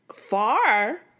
Far